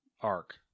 arc